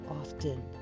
often